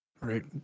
right